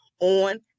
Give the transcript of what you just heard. on